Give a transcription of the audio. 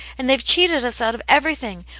and they've cheated us out of everything.